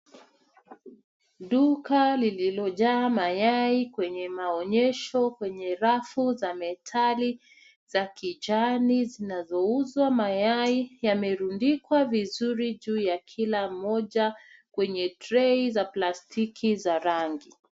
Duka lililojaa mayai kwenye maonyesho kwenye rafu za metali za kijani zinazouzwa mayai yamerundikwa vizuri juu ya kila moja kwenye trei za plastiki za rangi.